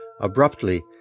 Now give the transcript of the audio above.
abruptly